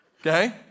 okay